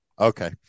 Okay